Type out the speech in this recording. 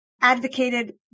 advocated